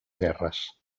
guerres